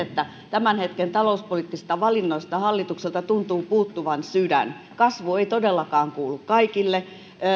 se että tämän hetken talouspoliittisista valinnoista hallitukselta tuntuu puuttuvan sydän kasvu ei todellakaan kuulu kaikille leikkaukset